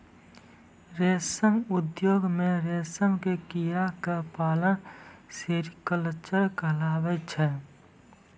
रेशम उद्योग मॅ रेशम के कीड़ा क पालना सेरीकल्चर कहलाबै छै